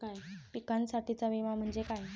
पिकांसाठीचा विमा म्हणजे काय?